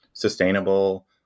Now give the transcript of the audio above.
sustainable